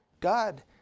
God